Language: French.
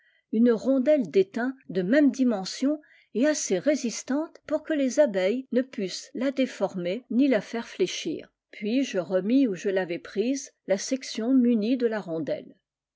ui rondelle d'étain de même dimension et aî résistante pour que les abeilles ne pussent la déformer ni la faire fléchir puis je remis où je l'avais prise la section munie de la rondelle